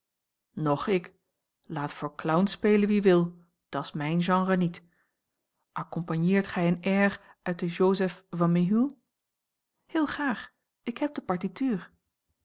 noch ik laat voor clown spelen wie wil dat's mijn genre niet accompagneert gij een air uit den joseph van méhul heel graag ik heb de partituur